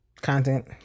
content